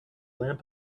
lamp